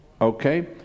okay